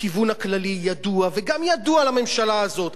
הכיוון הכללי ידוע, וגם ידוע לממשלה הזאת.